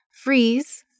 freeze